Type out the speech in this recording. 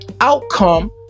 outcome